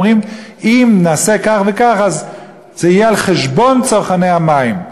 אומרים: אם נעשה כך וכך אז זה יהיה על חשבון צרכני המים.